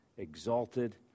exalted